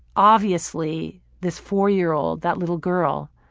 obviously, this four-year-old, that little girl,